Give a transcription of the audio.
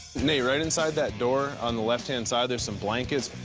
nate, right inside that door on the left-hand side, there's some blankets.